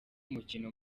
mukino